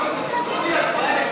חבר הכנסת